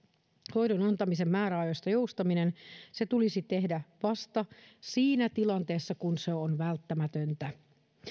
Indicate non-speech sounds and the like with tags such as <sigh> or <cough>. hoidon antamisen määräajoista joustaminen se tulisi tehdä vasta <unintelligible> <unintelligible> <unintelligible> <unintelligible> <unintelligible> siinä tilanteessa kun se on välttämätöntä